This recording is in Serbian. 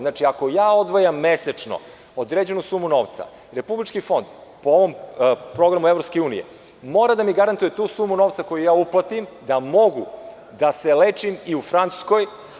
Znači, ako ja odvajam mesečno određenu sumu novca, Republički fond, po ovom programu EU mora da mi garantuje tu sumu novca koju ja uplatim, da mogu da se lečim i u Francuskoj.